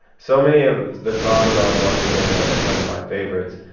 so many of the songs on once again are some of my favorites.